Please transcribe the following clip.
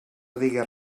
diguis